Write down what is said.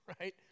Right